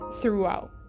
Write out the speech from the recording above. throughout